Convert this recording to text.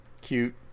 cute